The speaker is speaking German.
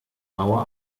mauer